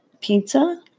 pizza